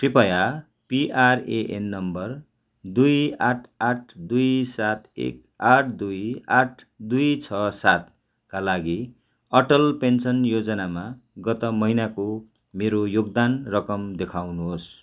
कृपया PRAN number दुई आठ आठ दुई सात एक आठ दुई आठ दुई छ सातका लागि अटल पेन्सन योजनामा गत महिनाको मेरो योगदान रकम देखाउनुहोस्